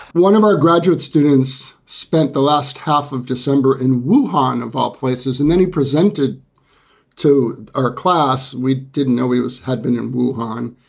one of our graduate students spent the last half of december in whu on of all places, and then he presented to our class. we didn't know he was had been and moved on.